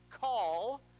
call